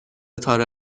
بقیه